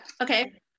Okay